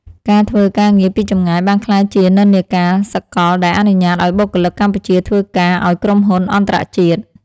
ការធ្វើការងារពីចម្ងាយបានក្លាយជានិន្នាការសកលដែលអនុញ្ញាតឱ្យបុគ្គលិកកម្ពុជាធ្វើការឱ្យក្រុមហ៊ុនអន្តរជាតិ។